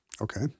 Okay